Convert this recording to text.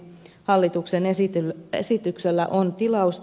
hallituksen esitykselle on tilausta